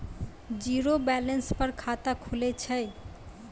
Zero balance पर खाता खुले छै?